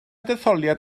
detholiad